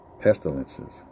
pestilences